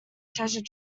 treasure